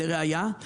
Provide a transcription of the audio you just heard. לראייה,